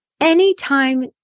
Anytime